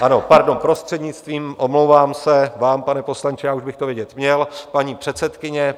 Ano, pardon, prostřednictvím, omlouvám se vám, pane poslanče, já už bych to vědět měl, paní předsedkyně.